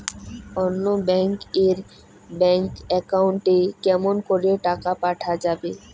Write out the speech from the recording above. অন্য ব্যাংক এর bank account এ কেমন করে টাকা পাঠা যাবে?